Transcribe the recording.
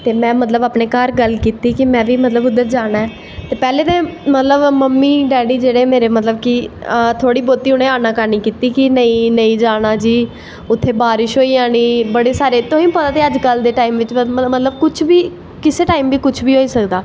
ते में बी अपनें घर गल्ल कीती कि में बी इद्धर जाना ऐं पैह्लैं ते मम्मी डैड़ी मतलव कि थोह्ड़ी बौह्ती उनैं आना कानी कीती कि नेंई जानां उत्थें बारिश होई जानी तुसेंगी पता ते ऐ अज्ज कल मतलव कुश बी किसे टाईम बी कुश बी होई सकदा